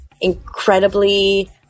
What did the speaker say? incredibly